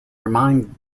remind